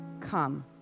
come